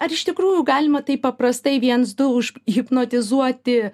ar iš tikrųjų galima taip paprastai viens du užhipnotizuoti